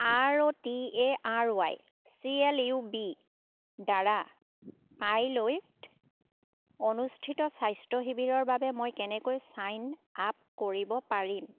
R O T A R Y C L U বিৰ দ্বাৰা কাইলৈ অনুষ্ঠিত স্বাস্থ্য শিবিৰৰ বাবে মই কেনেকৈ ছাইন আপ কৰিব পাৰিম